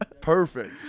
perfect